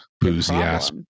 Boozy-ass